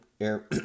Air